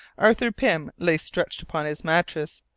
arthur pym lay stretched upon his mattress,